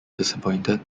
disappointed